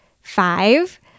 five